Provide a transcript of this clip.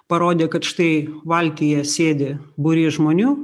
parodė kad štai valtyje sėdi būrys žmonių